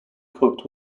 cooked